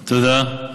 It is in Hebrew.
תודה,